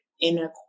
inner